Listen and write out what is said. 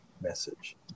message